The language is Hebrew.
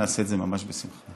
נעשה את זה ממש בשמחה.